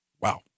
Wow